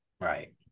Right